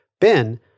Ben